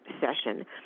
session